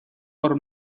por